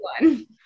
one